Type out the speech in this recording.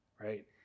right